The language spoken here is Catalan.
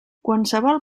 qualsevol